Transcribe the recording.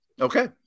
Okay